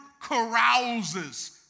carouses